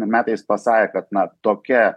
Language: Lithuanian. metais pasakė kad na tokia